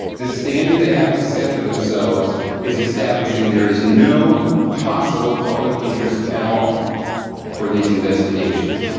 the standard they have to set for themselves is establishing there is no possible public interest at all for these investigations.